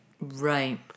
Right